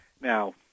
Now